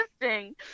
Interesting